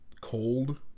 cold